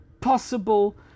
possible